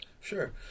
sure